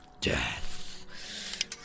Death